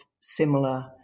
similar